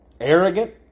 arrogant